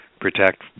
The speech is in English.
protect